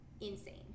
insane